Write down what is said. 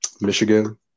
Michigan